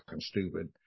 stupid